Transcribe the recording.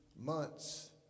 Months